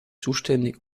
zuständig